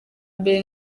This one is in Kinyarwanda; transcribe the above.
mbere